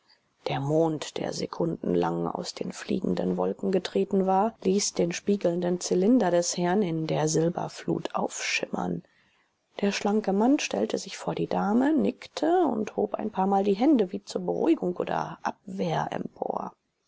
der mond der sekundenlang aus den fliegenden wolken getreten war ließ den spiegelnden zylinder des herrn in der silberflut aufschimmern der schlanke mann stellte sich vor die dame nickte und hob ein paarmal die hände wie zur beruhigung oder abwehr empor